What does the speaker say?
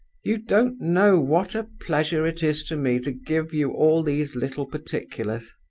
you don't know what a pleasure it is to me to give you all these little particulars.